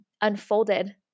unfolded